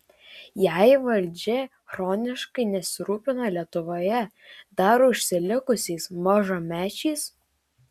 jei valdžia chroniškai nesirūpina lietuvoje dar užsilikusiais mažamečiais